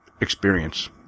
experience